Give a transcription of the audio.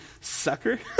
sucker